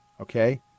Okay